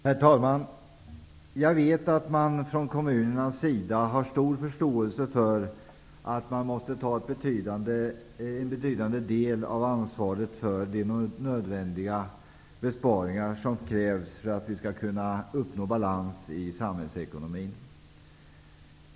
Herr talman! Jag vet att man från kommunernas sida har mycket stor förståelse för att man måste ta en betydande del av ansvaret för de nödvändiga besparingar som krävs för att vi skall kunna uppnå balans i samhällsekonomin.